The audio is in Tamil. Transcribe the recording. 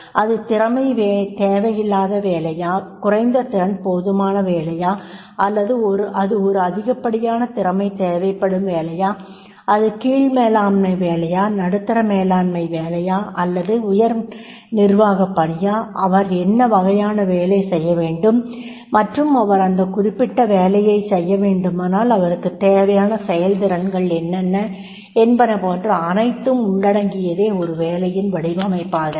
அது திறமை தேவையில்லாத வேலையா குறைந்த திறன் போதுமான வேலையா அல்லது அது ஒரு அதிகப்படியான திறமை தேவைப்படும் வேலையா அது கீழ் மேலாண்மை வேலையா நடுத்தர மேலாண்மை வேலையா அல்லது உயர் நிர்வாகப்பணியா அவர் என்ன வகையான வேலை செய்ய வேண்டும் மற்றும் அவர் அந்த குறிப்பிட்ட வேலையைச் செய்ய வேண்டுமானால் அவருக்குத் தேவையான செயல்திறன்கள் என்னென்ன என்பன போன்ற அனைத்தும் உள்ளடங்கியதே ஒரு வேலையின் வடிவமைப்பகிறது